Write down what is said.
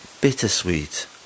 bittersweet